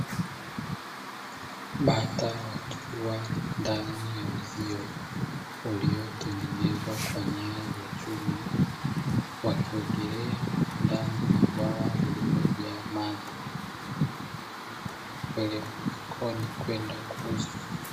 Bata wakiwa ndani ya uzio uliotengenezwa kwa nyaya za chuma, wakiogelea ndani ya bwawa lililojaa maji kwa ajili ya kupelekwa sokoni kwenda kuuzwa.